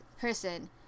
person